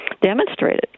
demonstrated